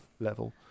level